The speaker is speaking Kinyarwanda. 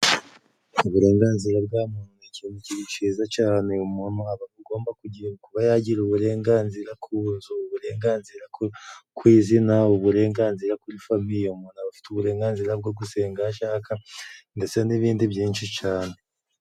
Uburenganzira bwa muntu n'ikintu ciza cane umuntu aba agomba kuba yagira uburenganzira k'unzu uburenganzira ku izina uburenganzira kuri famiye umuntu afite uburenganzira bwo gusenga aho ashaka ndetse n'ibindi byinshi cane